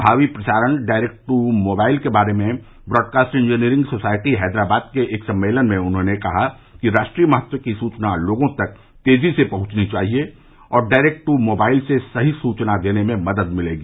भावी प्रसारण direct to mobile के बारे में ब्रॉडकास्ट इंजीनियरिंग सोसायटी हैदराबाद के एक सम्मेलन में उन्हॉने कहा कि राष्ट्रीय महत्व की सूचना लोगों तक तेजी से पहंचनी चाहिए और डायरेक्ट ट्र मोबाइल से सही सूचना देने में मदद मिलेगी